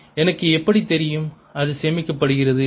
எனக்கு எப்படி தெரியும் அது சேமிக்கப்படுகிறது என்று